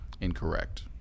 incorrect